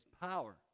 power